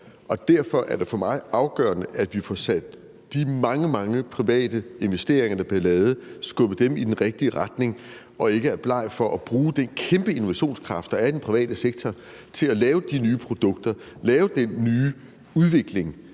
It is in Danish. derfor er det for mig afgørende, at vi får skubbet de mange, mange private investeringer, der bliver lavet, i den rigtige retning og ikke er blege for at bruge den kæmpe innovationskraft, der er i den private sektor, til at lave de nye produkter, lave den nye udvikling,